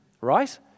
Right